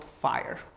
fire